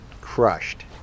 crushed